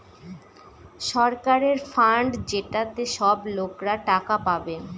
সরকারের ফান্ড যেটাতে সব লোকরা টাকা পাবে